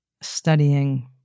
studying